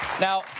Now